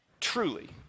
Truly